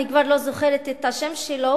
אני כבר לא זוכרת את השם שלו,